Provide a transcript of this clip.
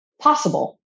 possible